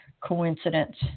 coincidence